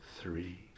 three